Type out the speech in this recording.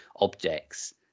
objects